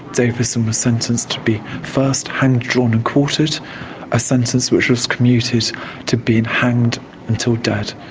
davidson was sentenced to be, first, hanged, drawn and quartered a sentence which was commuted to being hanged until dead,